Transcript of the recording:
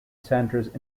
centres